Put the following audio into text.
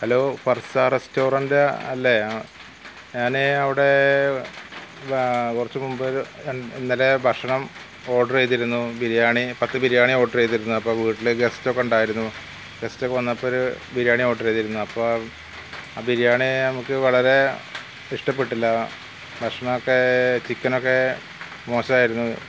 hello Farsa restaurant അല്ലേ ആ ഞാൻ അവിടെ കുറച്ച് മുമ്പൊരു ഇന്നലെ ഭഷണം ഓർഡർ ചെയ്തിരുന്നു ബിരിയാണി പത്ത് ബിരിയാണി ഓർഡർ ചെയ്തിരുന്നു അപ്പോൾ വീട്ടിൾ ഗസ്റ്റൊക്കെ ഉണ്ടായിരുന്നു ഗസ്റ്റൊക്കെ വന്നപ്പോഴൊരു ബിരിയാണി ഓർഡർ ചെയ്തിരുന്നു അപ്പോൾ ആ ബിരിയാണി നമുക്ക് വളരേ ഇഷ്ടപ്പെട്ടില്ല കഷ്ണമൊക്കെ ചിക്കനൊക്കെ മോശമായിരുന്നു